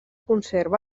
conserva